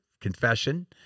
confession